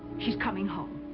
she's coming home,